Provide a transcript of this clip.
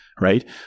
right